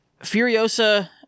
Furiosa